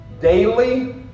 daily